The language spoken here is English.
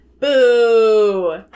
Boo